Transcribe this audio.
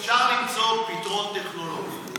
אפשר למצוא פתרון טכנולוגי.